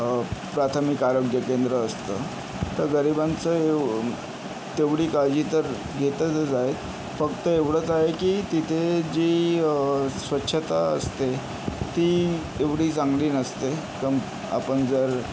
प्राथमिक आरोग्य केंद्र असतं तर गरिबांचं हे तेवढी काळजी तर घेतातच आहे फक्त एवढंच आहे की तिथे जी स्वच्छता असते ती एवढी चांगली नसते आपण जर